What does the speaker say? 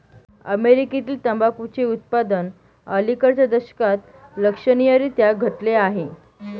अमेरीकेतील तंबाखूचे उत्पादन अलिकडच्या दशकात लक्षणीयरीत्या घटले आहे